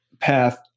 path